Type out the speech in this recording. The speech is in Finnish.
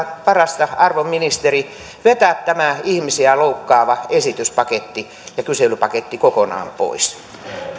parasta arvon ministeri vetää tämä ihmisiä loukkaava esityspaketti ja kyselypaketti kokonaan pois